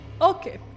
Okay